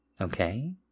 Okay